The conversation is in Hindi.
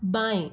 बाएँ